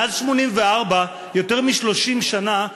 מאז 1984, יותר מ-30 שנה,